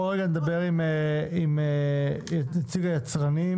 נציגת היצרנים